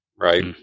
Right